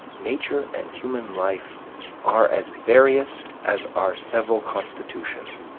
nature and human life are as various as our several constitutions.